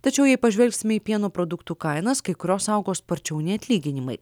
tačiau jei pažvelgsime į pieno produktų kainas kai kurios augo sparčiau nei atlyginimai